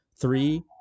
three